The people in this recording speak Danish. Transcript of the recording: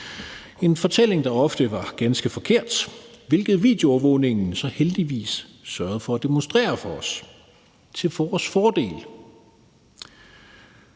en fortælling, der ofte var ganske forkert, hvilket videoovervågningen så heldigvis sørgede for at demonstrere for os – til vores fordel.